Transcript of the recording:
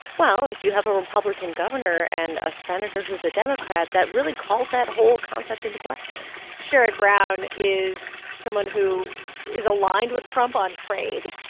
well, if you have a republican governor and a senator who's a democrat, that really calls that whole concept into question sherrod brown is someone who is aligned with trump on trade.